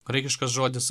graikiškas žodis